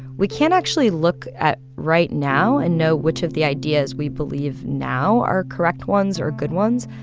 we can't actually look at right now and know which of the ideas we believe now are correct ones or good ones.